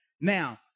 Now